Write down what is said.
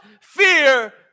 fear